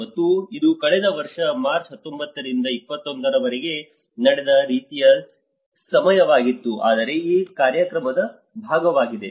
ಮತ್ತು ಇದು ಕಳೆದ ವರ್ಷ ಮಾರ್ಚ್ 19 ರಿಂದ 21 ರವರೆಗೆ ಇದೇ ರೀತಿಯ ಸಮಯವಾಗಿತ್ತು ಆದರೆ ಈ ಕಾರ್ಯಕ್ರಮದ ಭಾಗವಾಗಿದೆ